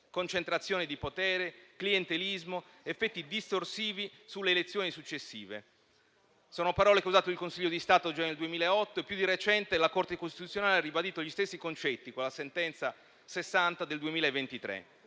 concentrazione di potere, clientelismo, effetti distorsivi sulle elezioni successive. Sono parole che ha usato il Consiglio di Stato già nel 2008 e più di recente la Corte costituzionale ha ribadito gli stessi concetti con la sentenza n. 60 del 2023.